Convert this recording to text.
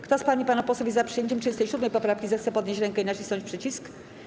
Kto z pań i panów posłów jest za przyjęciem 37. poprawki, zechce podnieść rękę i nacisnąć przycisk.